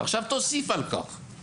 עכשיו תוסיף על כך